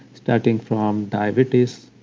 starting from diabetes,